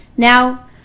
Now